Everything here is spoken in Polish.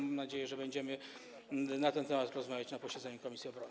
Mam nadzieję, że będziemy na ten temat rozmawiać na posiedzeniu komisji obrony.